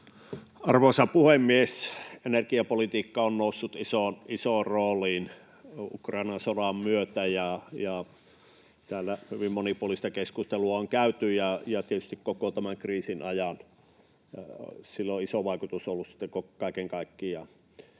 Arvoisa puhemies! Energiapolitiikka on noussut isoon rooliin Ukrainan sodan myötä. Täällä on käyty hyvin monipuolista keskustelua, ja tietysti koko tämän kriisin ajan sillä on iso vaikutus ollut kaiken kaikkiaan.